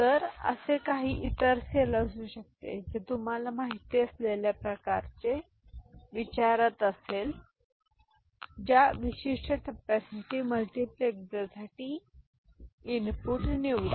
तर असे इतर काही सेल असू शकते जे तुम्हाला माहिती असलेल्या प्रकारचे विचारत असेल त्या विशिष्ट टप्प्यासाठी मल्टीप्लेसरसाठी इनपुट निवडा